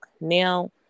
Now